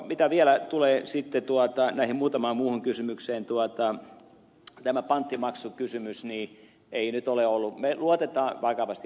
mitä vielä tulee sitten näihin muutamaan muuhun kysymykseen tämä panttimaksukysymys ei nyt ole ollut vakavasti esillä